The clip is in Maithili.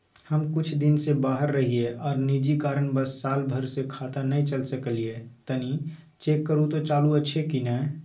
हम कुछ दिन से बाहर रहिये आर निजी कारणवश साल भर से खाता नय चले सकलियै तनि चेक करू त चालू अछि कि नय?